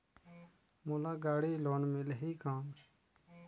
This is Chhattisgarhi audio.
मोला गाड़ी लोन मिलही कौन?